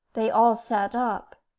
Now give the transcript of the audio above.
they all sat up.